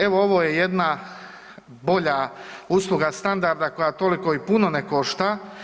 Evo ovo je jedna bolja usluga standarda koja toliko i puno ne košta.